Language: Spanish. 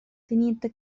teniente